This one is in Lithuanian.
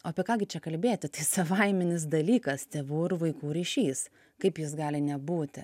apie ką gi čia kalbėti tai savaiminis dalykas tėvų ir vaikų ryšys kaip jis gali nebūti